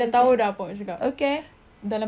oh no apa